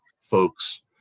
folks